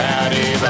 Patty